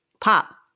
pop